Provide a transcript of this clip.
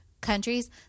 countries